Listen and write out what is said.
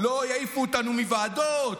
לא יעיפו אותנו מוועדות,